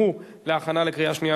לוועדת החוקה,